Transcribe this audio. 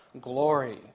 glory